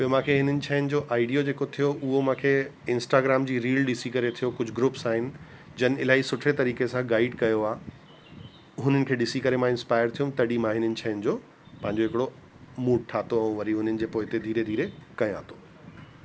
ॿियो मूंखे इन्हनि शयुनि जो आइडियो जेको थियो उहो मूंखे इंस्टाग्राम जी रील ॾिसी करे थियो कुझु ग्रुप्स आहिनि जिन इलाही सुठे तरीक़े सां गाइड कयो आहे हुननि खे ॾिसी करे मां इंस्पायर थियोम तडी मां हिननि शयुनि जो पंहिंजो हिकिड़ो मूड ठातो ऐं वरी उन्हनि जे पोइते धीरे धीरे कया थो